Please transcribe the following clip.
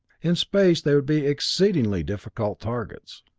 in space they would be exceedingly difficult targets.